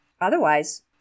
Otherwise